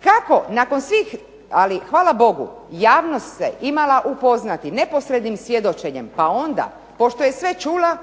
Kako nakon svih, ali hvala Bogu javnost se imala upoznati neposrednim svjedočenjem, pa onda pošto je sve čula